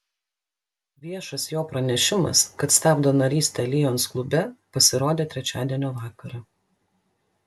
viešas jo pranešimas kad stabdo narystę lions klube pasirodė trečiadienio vakarą